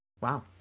Wow